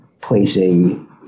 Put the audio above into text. placing